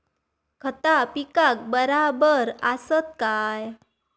खता पिकाक बराबर आसत काय?